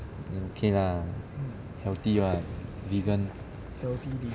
then okay lah healthy [what] vegan